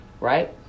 right